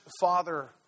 father